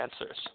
answers